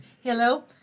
Hello